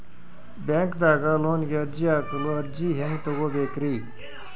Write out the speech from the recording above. ಬ್ಯಾಂಕ್ದಾಗ ಲೋನ್ ಗೆ ಅರ್ಜಿ ಹಾಕಲು ಅರ್ಜಿ ಹೆಂಗ್ ತಗೊಬೇಕ್ರಿ?